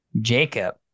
Jacob